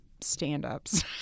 stand-ups